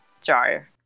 jar